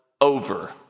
over